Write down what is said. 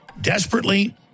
Desperately